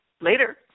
Later